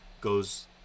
Goes